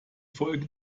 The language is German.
folgen